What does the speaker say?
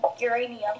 uranium